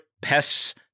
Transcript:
pests